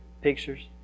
pictures